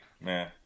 man